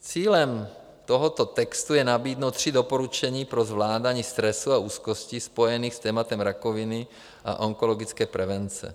Cílem tohoto textu je nabídnout tři doporučení pro zvládání stresu a úzkosti spojených s tématem rakoviny a onkologické prevence.